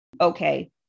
okay